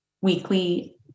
weekly